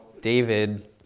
David